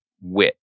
wit